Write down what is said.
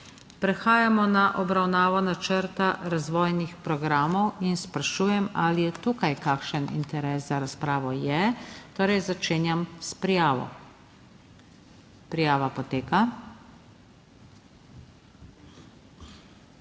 Prehajamo na obravnavo načrta razvojnih programov in sprašujem, ali je tukaj kakšen interes za razpravo. Je. Torej začenjam s prijavo. Prijava poteka.